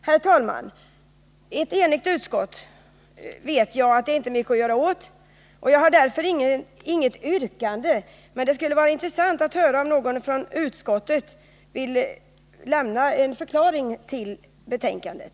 Herr talman! Jag vet att det inte är mycket jag kan göra mot ett enigt utskott, och jag har därför inget yrkande, men det skulle vara intressant att från någon representant för utskottet få en förklaring till vad som ligger bakom det här betänkandet.